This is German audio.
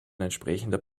entsprechender